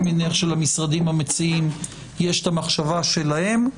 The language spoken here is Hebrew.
אני מניח שלמשרדים המציעים יש את המחשבה שלהם,